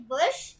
Bush